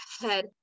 head